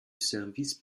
service